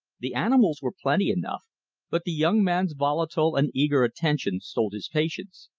the animals were plenty enough but the young man's volatile and eager attention stole his patience.